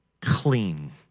clean